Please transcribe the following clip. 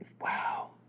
Wow